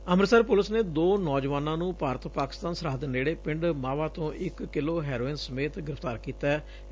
Amritsar police ਨੇ ਦੋ ਨੌਜਵਾਨਾਂ ਨੰ ਭਾਰਤ ਪਾਕਿਸਤਾਨ ਸਰਹੱਦ ਨੇੜੇ ਪਿੰਡ ਮਾਹਵਾ ਤੋਂ ਇਕ ਕਿਲੋ ਹੈਰੋਇਨ ਸਮੇਤ ਗ੍ਰਿਫ਼ਤਾਰ ਕੀਤਾ ਗਿਐਂ